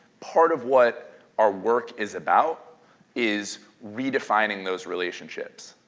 part of what our work is about is redefining those relationships,